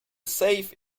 safe